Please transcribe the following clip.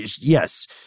Yes